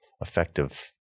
effective